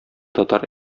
татар